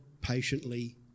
patiently